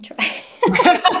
try